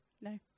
No